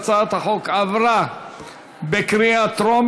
הצעת חוק לקביעת יום ראשון כיום מנוחה במקום יום שישי,